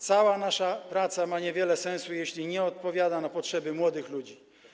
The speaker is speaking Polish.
Cała nasza praca ma niewiele sensu, jeśli nie odpowiada na potrzeby młodych ludzi.